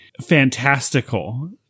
fantastical